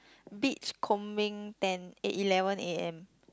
beach Kong Ming tent at eleven A_M